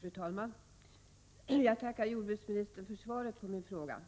Fru talman! Jag tackar jordbruksministern för svaret på min fråga.